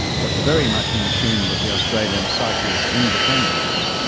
but very much in tune with the australian psyche of independence,